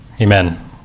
Amen